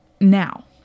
Now